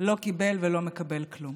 לא קיבל ולא מקבל כלום.